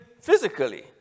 physically